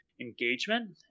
engagement